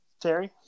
Terry